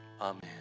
Amen